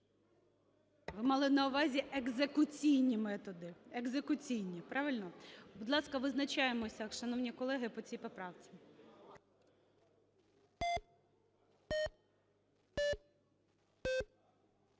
Ви мали на увазі екзекуційні методи, екзекуційні. Правильно? Будь ласка, визначаємося, шановні колеги, по цій поправці.